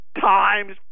times